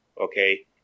Okay